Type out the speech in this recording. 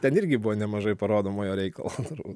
ten irgi buvo nemažai parodomojo reikalo turbūt